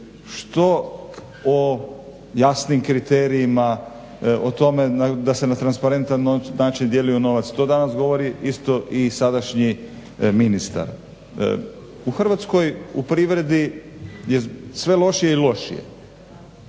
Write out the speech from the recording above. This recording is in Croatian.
što o jasnim kriterijima, o tome da se na transparentan način dijelio novac. To danas govori isto i sadašnji ministar. U Hrvatskoj u privredi je sve lošije i lošije.